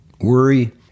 Worry